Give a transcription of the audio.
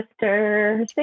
sister